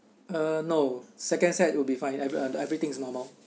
uh no second set will be fine and everything is normal